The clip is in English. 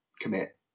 commit